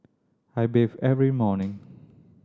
I bathe every morning